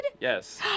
Yes